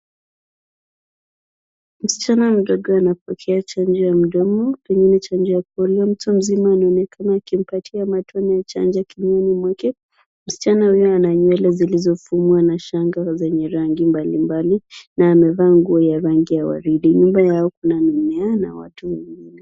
Msichana mdogo anapokea chanjo ya mdomo, pengine chanjo ya polio, mtu mzima anaonekana akimatia matone ya chanjo kinywani mwake. Msichana huyo ana nywele zilizofungwa na shanga zenye rangi mbalimbali na ameva nguo ya rangi ya waridi. Nyuma yao kuna mimea na watu wengine.